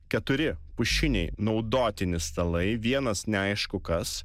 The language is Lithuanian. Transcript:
keturi pušiniai naudotini stalai vienas neaišku kas